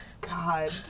God